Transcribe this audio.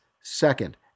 Second